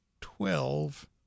twelve